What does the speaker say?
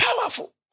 powerful